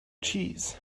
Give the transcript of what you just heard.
cheese